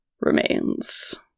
remains